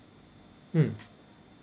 mm